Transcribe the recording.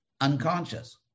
unconscious